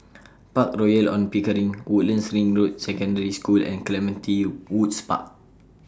Park Royal on Pickering Woodlands Ring Road Secondary School and Clementi Woods Park